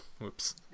Whoops